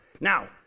Now